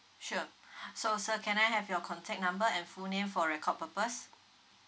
sure so sir can I have your contact number and full name for record purpose